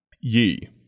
ye